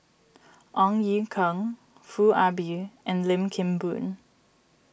Ong Ye Kung Foo Ah Bee and Lim Kim Boon